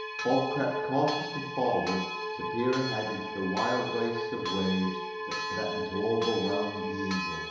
bob crept cautiously forward to peer ahead into the wild waste of waves that threatened to overwhelm the eagle